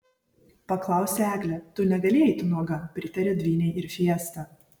paklausė eglė tu negali eiti nuoga pritarė dvynei ir fiesta